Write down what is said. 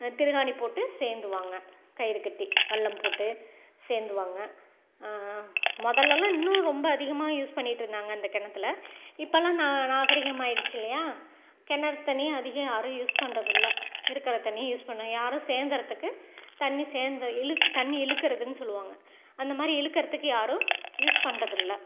திருகாணி போட்டு சேர்ந்துவாங்க கயிறு கட்டி வல்லம் போட்டு சேர்ந்துவாங்க முதலலாம் இன்னும் ரொம்ப அதிகமாக யூஸ் பண்ணிகிட்டு இருந்தாங்க அந்த கிணத்துல இப்பெல்லாம் நான் நாகரீகம் ஆகிடுச்சி இல்லையா கிணறு தண்ணி அதிகம் யாரும் யூஸ் பண்ணுறது இல்லை இருக்கிற தண்ணியை யூஸ் பண்ண யாரும் சேர்ந்துறத்துக்கு தண்ணி சேர்ந்த இழு தண்ணி இழுக்குறதுனு சொல்லுவாங்க அந்த மாதிரி இழுக்குறத்துக்கு யாரும் யூஸ் பண்ணுறது இல்லை